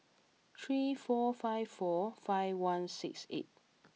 three four five four five one six eight